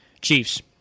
Chiefs